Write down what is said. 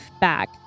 back